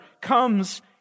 comes